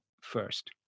first